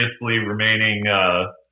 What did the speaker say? remaining